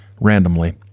randomly